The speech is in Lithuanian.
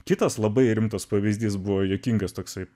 kitas labai rimtas pavyzdys buvo juokingas toksai